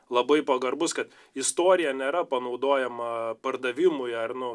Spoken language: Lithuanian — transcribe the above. labai pagarbus kad istorija nėra panaudojama pardavimui ar nu